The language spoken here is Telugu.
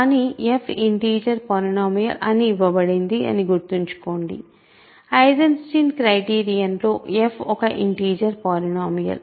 కానీ f ఇంటిజర్ పాలినోమియల్ అని ఇవ్వబడింది అని గుర్తుంచుకోండి ఐసెన్స్టీన్ క్రైటీరియన్ లో f ఒక ఇంటిజర్ పాలినోమియల్